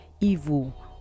evil